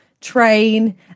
train